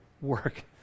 work